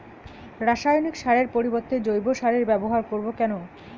রাসায়নিক সারের পরিবর্তে জৈব সারের ব্যবহার করব কেন?